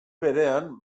berean